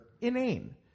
inane